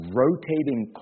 rotating